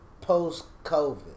post-COVID